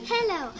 Hello